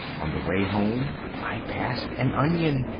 on the way home i passed an onion.